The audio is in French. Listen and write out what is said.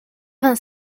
vingt